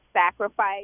sacrifice